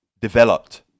developed